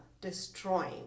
destroying